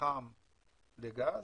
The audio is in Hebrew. פחם לגז,